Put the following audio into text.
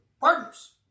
partners